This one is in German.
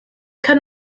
kann